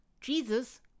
Jesus